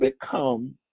become